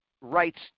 rights